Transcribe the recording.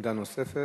עמדה נוספת.